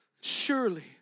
Surely